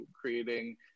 creating